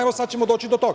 Evo, sada ćemo doći do toga.